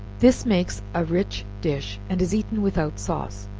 this makes a rich dish and is eaten without sauce.